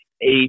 eight